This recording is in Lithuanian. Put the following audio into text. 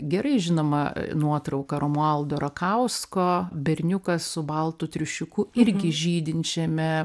gerai žinoma nuotrauka romualdo rakausko berniukas su baltu triušiuku irgi žydinčiame